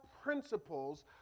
principles